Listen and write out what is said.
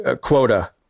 quota